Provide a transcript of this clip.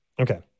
okay